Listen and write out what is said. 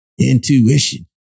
intuition